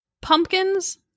pumpkins